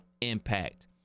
impact